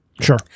Sure